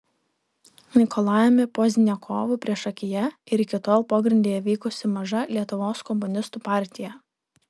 nikolajumi pozdniakovu priešakyje ir iki tol pogrindyje veikusi maža lietuvos komunistų partija